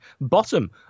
bottom